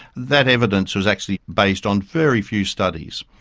that evidence was actually based on very few studies.